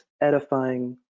edifying